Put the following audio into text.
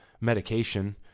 medication